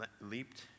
leaped